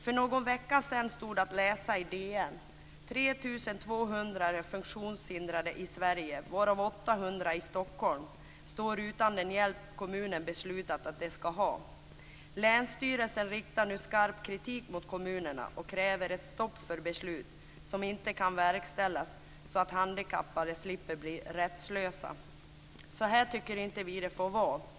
För någon vecka stod det att läsa i - varav 800 i Stockholm - står utan den hjälp som kommunen beslutat att de ska ha. Länsstyrelsen riktar nu skarp kritik mot kommunerna och kräver ett stopp för beslut som inte kan verkställas, så att handikappade slipper att bli rättslösa. Vi tycker inte att det ska få vara så här.